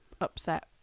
upset